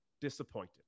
disappointed